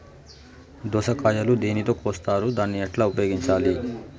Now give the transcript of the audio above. దోస కాయలు దేనితో కోస్తారు దాన్ని ఎట్లా ఉపయోగించాలి?